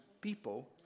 people